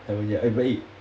haven't yet eh